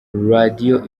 radiyo